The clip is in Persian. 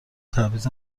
تبعیض